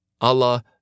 Allah